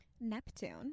neptune